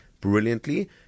brilliantly